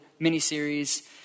miniseries